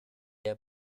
der